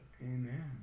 Amen